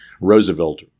Roosevelt